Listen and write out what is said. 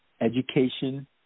education